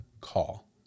call